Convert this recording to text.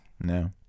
No